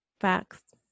facts